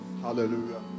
Hallelujah